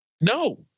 No